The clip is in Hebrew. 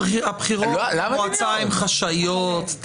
הבחירות למועצה הן חשאיות.